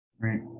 Right